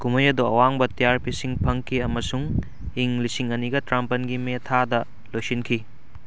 ꯀꯨꯝꯍꯩ ꯑꯗꯨ ꯑꯋꯥꯡꯕ ꯇꯤ ꯑꯥꯔ ꯄꯤꯁꯤꯡ ꯐꯪꯈꯤ ꯑꯃꯁꯨꯡ ꯏꯪ ꯂꯤꯁꯤꯡ ꯑꯅꯤꯒ ꯇꯔꯥꯃꯥꯄꯟꯒꯤ ꯃꯦ ꯊꯥꯗ ꯂꯣꯏꯁꯤꯟꯈꯤ